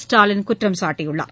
ஸ்டாலின் குற்றம்சாட்டியுள்ளார்